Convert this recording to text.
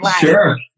sure